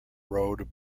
road